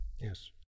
Yes